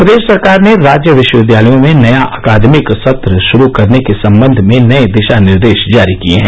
प्रदेश सरकार ने राज्य विश्वविद्यालयों में नया अकादमिक सत्र श्रू करने के सम्बंध में नए दिशा निर्देश जारी किए हैं